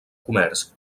comerç